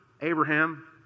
Abraham